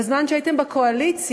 בזמן שהייתם בקואליציה,